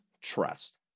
trust